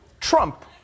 Trump